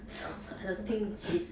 so I don't think she's